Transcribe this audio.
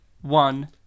one